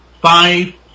Five